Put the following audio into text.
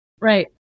Right